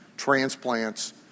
Transplants